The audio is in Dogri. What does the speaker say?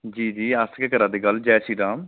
जी जी अस गै करा दे गल्ल जय श्री राम